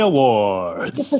Awards